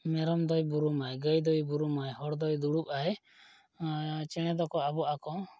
ᱢᱮᱨᱚᱢ ᱫᱚᱭ ᱵᱩᱨᱩᱢᱟᱭ ᱜᱟᱹᱭ ᱫᱚᱭ ᱵᱩᱨᱩᱢᱟᱭ ᱦᱚᱲ ᱫᱚᱭ ᱫᱩᱲᱩᱵᱽᱼᱟᱭ ᱟᱨ ᱪᱮᱬᱮ ᱫᱚᱠᱚ ᱟᱵᱚᱜ ᱟᱠᱚ